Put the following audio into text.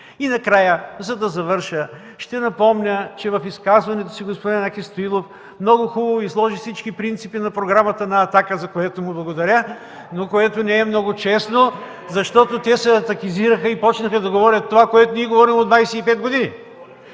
Накрая, за да завърша, ще напомня, че в изказването си господин Янаки Стоилов много хубаво изложи всички принципи на програмата на „Атака”, за което му благодаря, но което не е много честно, защото те се атакизираха и започнаха да говорят това, което ние говорим от 25 години!